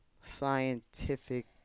scientific